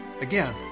Again